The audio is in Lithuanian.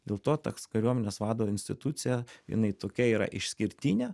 dėl to toks kariuomenės vado institucija jinai tokia yra išskirtinė